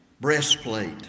breastplate